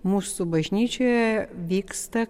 mūsų bažnyčioje vyksta